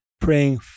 praying